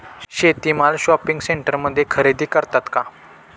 शेती माल शॉपिंग सेंटरमध्ये खरेदी करतात का?